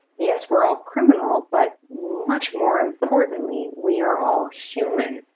yes, we are all criminals, but much more importantly we are all human,